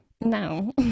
no